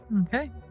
Okay